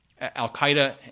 Al-Qaeda